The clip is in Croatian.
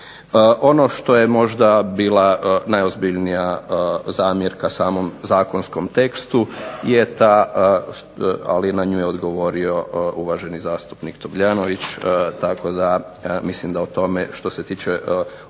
Ono što je možda bila najozbiljnija zamjerka samom zakonskom tekstu je ta, ali na nju je odgovorio uvaženi zastupnik Tomljanović, tako da mislim da o tome što se tiče odluke da